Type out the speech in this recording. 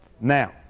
Now